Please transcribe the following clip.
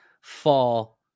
fall